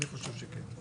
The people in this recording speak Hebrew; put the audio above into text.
אני חושב שכן.